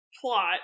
plot